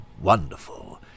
wonderful